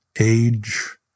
age